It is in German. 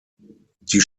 die